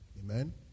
amen